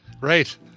Right